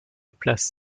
place